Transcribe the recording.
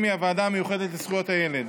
היא הוועדה המיוחדת לזכויות הילד.